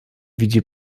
widzi